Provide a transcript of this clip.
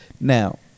now